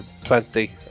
plenty